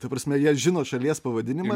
ta prasme jie žino šalies pavadinimą